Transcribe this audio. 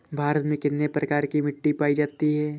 भारत में कितने प्रकार की मिट्टी पाई जाती है?